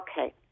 Okay